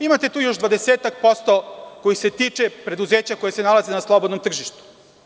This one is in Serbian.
Imate tu još dvadesetak posto koji se tiče preduzeća koje se nalaze na slobodnom tržištu.